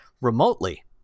remotely